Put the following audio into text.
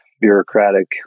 bureaucratic